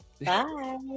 Bye